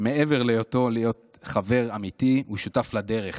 שמעבר להיותו חבר אמיתי הוא שותף לדרך.